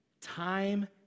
time